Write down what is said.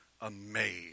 amazed